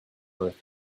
earth